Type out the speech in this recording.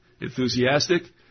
enthusiastic